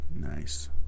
Nice